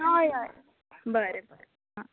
हय हय बरें बरें आं